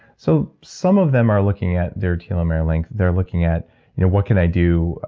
so some of them are looking at their telomere length. they're looking at you know what can i do,